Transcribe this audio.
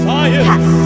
Science